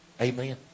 Amen